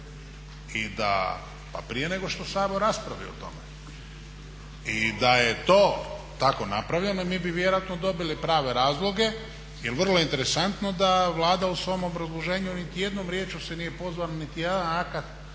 Pa prije nego što Sabor raspravi o tome. I da je to tako napravljeno mi bi vjerojatno dobili prave razloge. Jer vrlo je interesantno da Vlada u svom obrazloženju nitijednom riječju se nije pozvala nitijedan akt